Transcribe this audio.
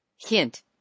Hint